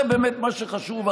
זה באמת מה שחשוב?